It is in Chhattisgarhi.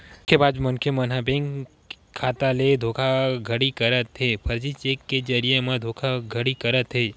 धोखेबाज मनखे मन ह बेंक खाता ले धोखाघड़ी करत हे, फरजी चेक के जरिए म धोखाघड़ी करत हे